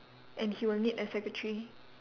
and he will need a secretary